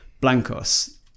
Blancos